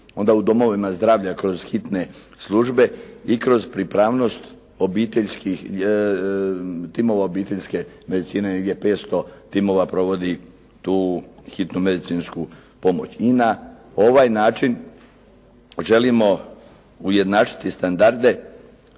onda u domovima zdravlja kroz hitne službe i kroz pripravnost obiteljskih, timova obiteljske medicine, negdje 500 timova provodi tu hitnu medicinsku pomoć. I na ovaj način želimo ujednačiti standarde